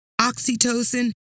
oxytocin